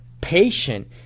patient